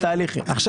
כן.